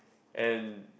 and